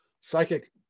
psychic